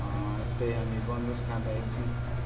यस्तै हामी बनभोज खाँदा एकछिन